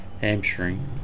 hamstring